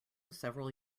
several